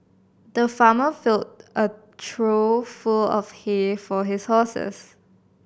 the farmer filled a trough full of hay for his horses